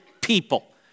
people